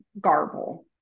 garble